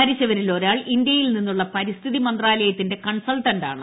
മരിച്ചവരിൽ ഒരാൾ ഇന്ത്യയിൽ നിന്നുള്ള പരിസ്ഥിതി മന്ത്രാലയത്തിന്റെ കൺസൾട്ടന്റാണ്